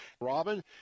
Robin